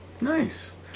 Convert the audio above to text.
Nice